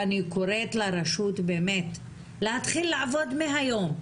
ואני קוראת לרשות באמת להתחיל לעבוד מהיום.